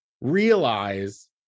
realize